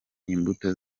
imbuto